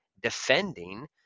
Defending